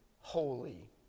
holy